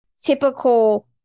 typical